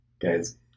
Guys